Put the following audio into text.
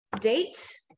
date